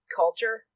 culture